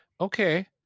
okay